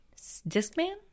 Discman